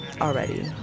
already